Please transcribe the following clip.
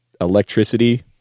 electricity